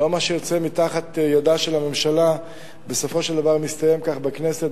לא מה שיוצא מתחת ידה של הממשלה בסופו של דבר מסתיים כך בכנסת.